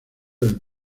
del